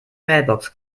mailbox